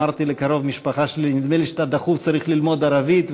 אמרתי לקרוב המשפחה שלי: נדמה לי שאתה דחוף צריך ללמוד ערבית,